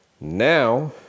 now